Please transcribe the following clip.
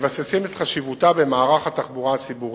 והם מבססים את חשיבותה במערך התחבורה הציבורית.